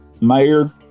mayor